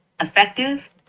effective